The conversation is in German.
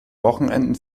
wochenenden